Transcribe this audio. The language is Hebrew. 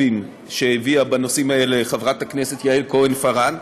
שהביאה בנושאים האלה חברת הכנסת יעל כהן-פארן,